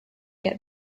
get